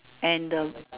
and the